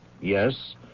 Yes